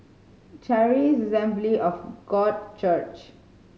Charis Assembly of God Church